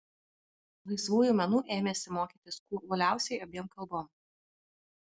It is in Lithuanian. laisvųjų menų ėmėsi mokytis kuo uoliausiai abiem kalbom